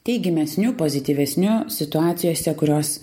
teigiamesniu pozityvesniu situacijose kurios